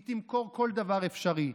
היא תמכור כל דבר אפשרי,